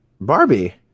Barbie